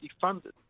funded